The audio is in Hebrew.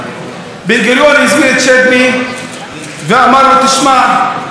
בן-גוריון הזמין את שדמי ואמר לו: תשמע,